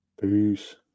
Peace